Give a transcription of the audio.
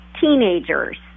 Teenagers